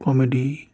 comedy